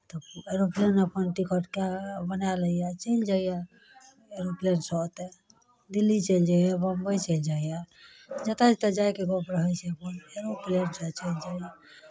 aeroplane अपन ticket कए बनाए लैए चलि जाइए एरोप्लेन छै तऽ दिल्ली चलि जाइए बम्बइ चलि जाइए जतय जतय जायके गप्प रहै छै अपन एरोप्लेन से चलि जाइए